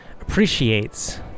appreciates